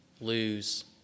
lose